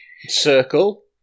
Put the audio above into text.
circle